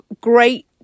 great